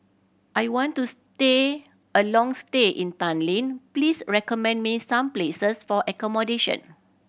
I want to stay a long stay in Tallinn please recommend me some places for accommodation